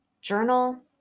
Journal